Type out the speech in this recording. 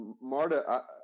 Marta